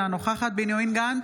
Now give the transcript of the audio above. אינה נוכחת בנימין גנץ,